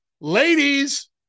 Ladies